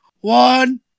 one